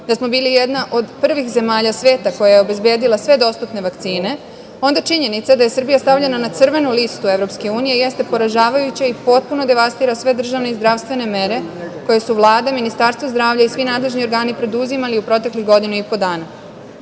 da smo bili jedna od prvih zemalja sveta koja je obezbedila sve dostupne vakcine, onda činjenica da je Srbija stavljena na crvenu listu EU jeste poražavajuća i potpuno devastira sve državne i zdravstvene mere koje su Vlada i Ministarstvo zdravlja i svi nadležni organi preduzimali u proteklih godinu i po dana. Šta